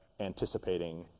Anticipating